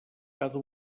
cada